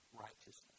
righteousness